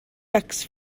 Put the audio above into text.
ducks